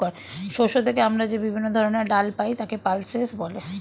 শস্য থেকে আমরা যে বিভিন্ন ধরনের ডাল পাই তাকে পালসেস বলে